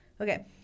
Okay